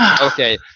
Okay